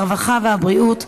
הרווחה והבריאות,